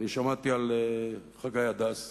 שמעתי על חגי הדס,